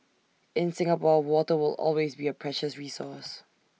in Singapore water will always be A precious resource